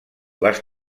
les